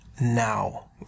Now